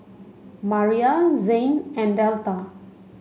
Maria Zain and Delta